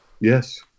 Yes